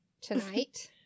tonight